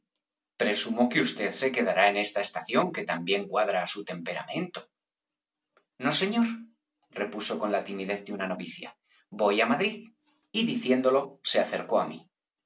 presumo que usted se quedará en esta estación que tan bien cuadra á su temperamento no señor repuso con la timidez de una novicia voy á madrid theros y diciéndolo se acercó á mí